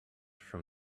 from